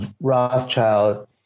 Rothschild